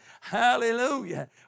hallelujah